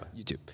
YouTube